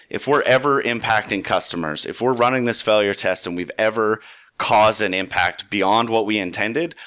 if we're ever impacting customers, if we're running this failure test and we've ever cause an impact beyond what we intended,